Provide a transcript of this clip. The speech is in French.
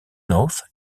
north